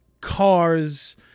Cars